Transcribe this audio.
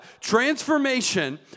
Transformation